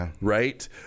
right